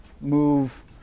move